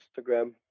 instagram